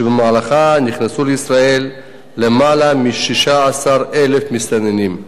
ובמהלכה נכנסו לישראל למעלה מ-16,000 מסתננים,